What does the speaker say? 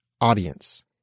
audience